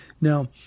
Now